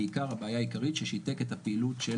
שהבעיה העיקרית היא שהוא שיתק את הפעילות של